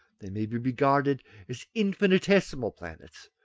they may be regarded as infinitesimal planets,